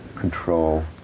control